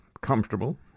comfortable